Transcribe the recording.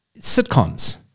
sitcoms